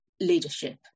leadership